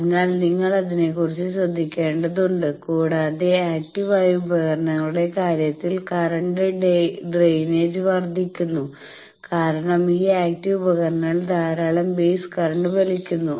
അതിനാൽ നിങ്ങൾ അതിനെക്കുറിച്ച് ശ്രദ്ധിക്കേണ്ടതുണ്ട് കൂടാതെ ആക്റ്റീവ് ആയ ഉപകരണങ്ങളുടെ കാര്യത്തിൽ കറന്റ് ഡ്രെയിനേജ് വർദ്ധിക്കുന്നു കാരണം ഈ ആക്റ്റീവ് ഉപകരണങ്ങൾ ധാരാളം ബേസ് കറന്റ് വലിക്കുന്നു